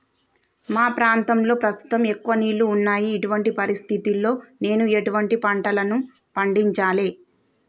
మా ప్రాంతంలో ప్రస్తుతం ఎక్కువ నీళ్లు ఉన్నాయి, ఇటువంటి పరిస్థితిలో నేను ఎటువంటి పంటలను పండించాలే?